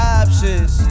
options